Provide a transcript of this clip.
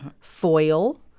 foil